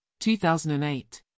2008